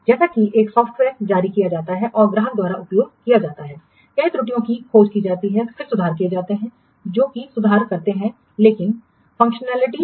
जैसा कि एक सॉफ्टवेयर जारी किया जाता है और ग्राहकों द्वारा उपयोग किया जाता है कई त्रुटियों की खोज की जाती है और फिर सुधार किए जाते हैं जो कि सुधार करते हैं लेकिन फंक्शनैलिटीस